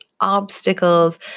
obstacles